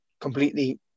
completely